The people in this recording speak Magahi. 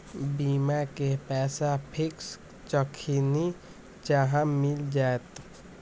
बीमा के पैसा फिक्स जखनि चाहम मिल जाएत?